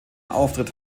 auftritt